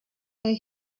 her